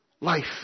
life